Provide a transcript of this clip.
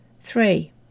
Three